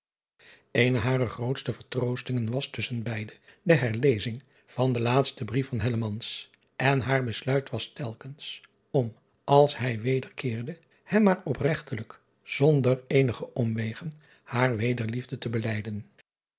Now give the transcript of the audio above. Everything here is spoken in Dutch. ene harer grootste vertroostingen was tusschen beide de herlezing van den laatsten brief van en haar besluit was telkens om als hij wederkeerde hem maar opregtelijk zonder eenige omwegen hare wederliefde te belijden